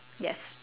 yes